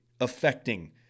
affecting